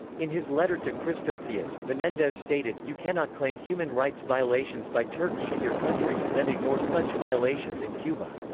in his letter to christofias, menendez stated you cannot claim human rights violations by turkey in your country and then ignore such violations in cuba.